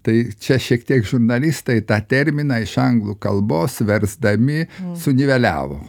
tai čia šiek tiek žurnalistai tą terminą iš anglų kalbos versdami suniveliavo